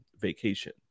vacation